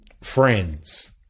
friends